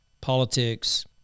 politics